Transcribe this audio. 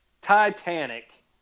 titanic